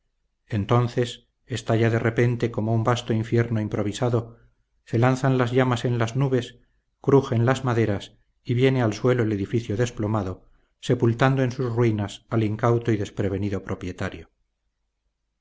entonces estalla de repente como un vasto infierno improvisado se lanzan las llamas en las nubes crujen las maderas y viene al suelo el edificio desplomado sepultando en sus ruinas al incauto y desprevenido propietario